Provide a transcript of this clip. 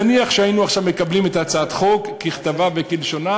נניח שהיינו עכשיו מקבלים את הצעת החוק ככתבה וכלשונה,